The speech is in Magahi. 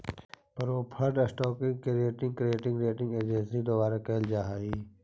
प्रेफर्ड स्टॉक के रेटिंग क्रेडिट रेटिंग एजेंसी के द्वारा कैल जा हइ